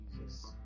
Jesus